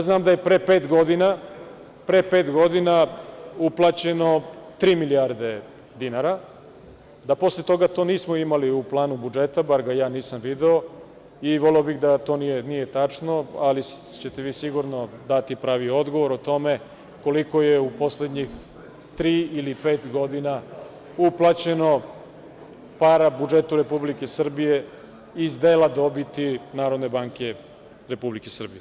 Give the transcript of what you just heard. Znam da je pre pet godina uplaćeno tri milijarde dinara, da posle toga to nismo imali u planu budžeta, bar ga ja nisam video i voleo bih da to nije tačno, ali ćete vi sigurno dati pravi odgovor o tome koliko je u poslednjih tri ili pet godina uplaćeno para budžetu Republike Srbije iz dela dobiti Narodne banke Republike Srbije?